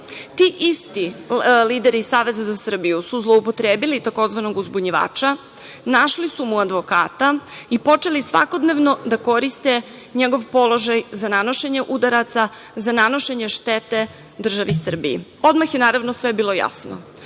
isti lideri Saveza za Srbiju su zloupotrebili tzv. uzbunjivača, našli su mu advokata i počeli svakodnevno da korist njegov položaj za nanošenje udaraca, za nanošenje štete državi Srbiji. Odmah je naravno sve bilo jasno